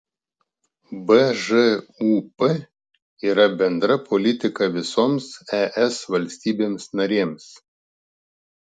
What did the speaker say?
bžūp yra bendra politika visoms es valstybėms narėms